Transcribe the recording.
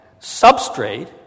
substrate